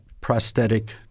prosthetic